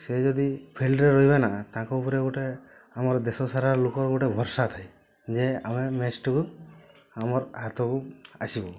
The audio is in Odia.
ସେ ଯଦି ଫିଲ୍ଡରେ ରହିବେ ନାଁ ତାଙ୍କ ଉପରେ ଗୋଟେ ଆମର ଦେଶ ସାରା ଲୋକର ଗୋଟେ ଭରଷା ଥାଏ ଯେ ଆମେ ମ୍ୟାଚ୍ଟିକୁ ଆମର ହାତକୁ ଆସିବ